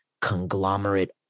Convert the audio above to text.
conglomerate